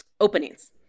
openings